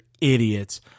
idiots